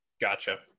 Gotcha